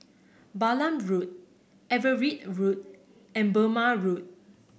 Balam Road Everitt Road and Burmah Road